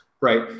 right